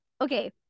Okay